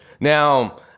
Now